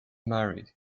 married